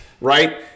Right